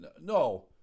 No